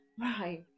Right